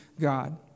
God